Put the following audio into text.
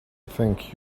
thank